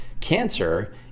cancer